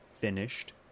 finished